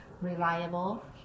reliable